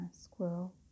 squirrel